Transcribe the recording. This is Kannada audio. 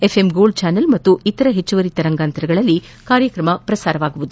ಎಫ್ಎಂ ಗೋಲ್ಡ್ ಚಾನಲ್ ಪಾಗೂ ಇತರ ಹೆಚ್ಚುವರಿ ತರಂಗಾಂತರಗಳಲ್ಲೂ ಕಾರ್ಯಕ್ರಮ ಪ್ರಸಾರವಾಗಲಿದೆ